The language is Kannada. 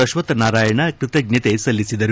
ಅಶ್ವತ್ತ ನಾರಾಯಣ ಕೃತಜ್ವತೆ ಸಲ್ಲಿಸಿದರು